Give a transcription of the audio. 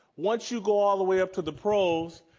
once you go all the way up to the pros,